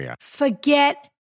forget